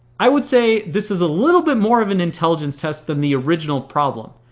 i would say, this is a little bit more of an intelligence test than the original problem.